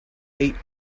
eight